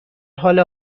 حال